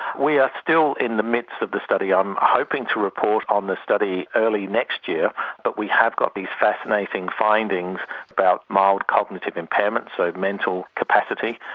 we are still in the midst of the study. i'm hoping to report on the study early next year but we have got these fascinating findings about mild cognitive impairment, so mental capacity,